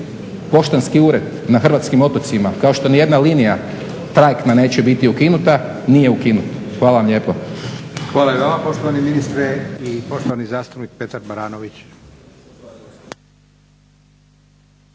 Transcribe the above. poštanski ured na hrvatskim otocima, kao što nijedna linija trajektna neće biti ukinuta, nije ukinut. Hvala vam lijepo. **Leko, Josip (SDP)** Hvala i vama poštovani ministre. I poštovani zastupnik Petar Baranović.